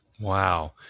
Wow